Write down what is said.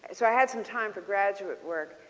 so i had some time for graduate work.